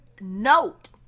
note